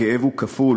הכאב הוא כפול